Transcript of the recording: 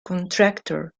contractor